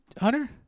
Hunter